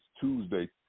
Tuesday